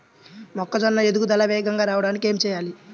మొక్కజోన్న ఎదుగుదల వేగంగా రావడానికి ఏమి చెయ్యాలి?